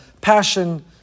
passion